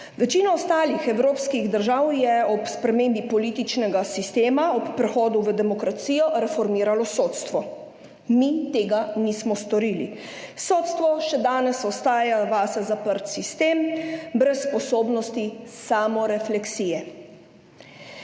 Večina ostalih evropskih držav je ob spremembi političnega sistema, ob prehodu v demokracijo reformirala sodstvo, mi tega nismo storili. Sodstvo še danes ostaja vase zaprt sistem brez sposobnosti samorefleksije.